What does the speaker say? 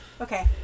Okay